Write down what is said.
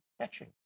catching